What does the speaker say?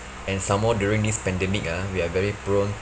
and some more during this pandemic ah we are very prone